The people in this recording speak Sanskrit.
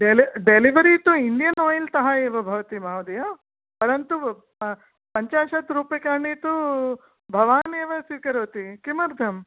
डेलि डेलिवरी तु इण्डियन् आयल् तः एव भवति महोदय परन्तु पञ्चाशत् रूप्यकाणि तु भवान् एव स्वीकरोति किमर्थम्